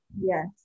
Yes